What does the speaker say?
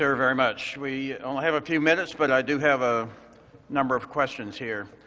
ah very much. we only have a few minutes but i do have a number of questions here.